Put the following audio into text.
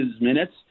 minutes